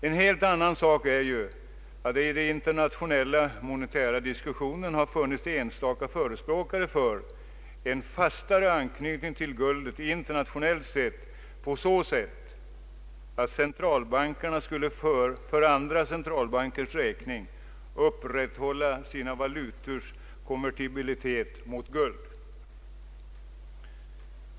En helt annan sak är att det i den internationella monetära diskussionen har funnits enstaka förespråkare för en fastare anknytning till guldet, internationellt sett, på så sätt att centralbankerna skulle för andra centralbankers räkning upprätthålla sina valutors konvertibilitet mot guld.